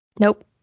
Nope